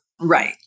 Right